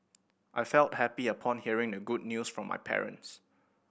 I felt happy upon hearing the good news from my parents